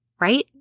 right